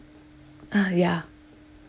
ah ya